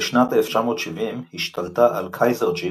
בשנת 1970 השתלטה על "Kaiser Jeep"